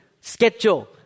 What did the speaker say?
schedule